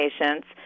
patients